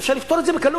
אפשר לפתור את זה בקלות.